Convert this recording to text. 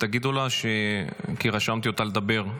תגידו לה, כי רשמתי אותה לדבר.